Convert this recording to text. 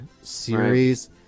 series